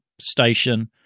station